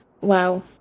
wow